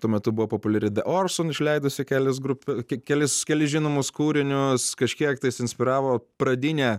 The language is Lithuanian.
tuo metu buvo populiari deorson išleidusi kelias grup kelis kelis žinomus kūrinius kažkiek tas inspiravo pradinė